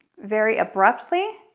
very abruptly,